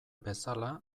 bezala